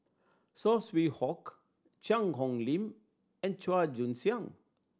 Saw Swee Hock Cheang Hong Lim and Chua Joon Siang